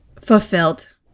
fulfilled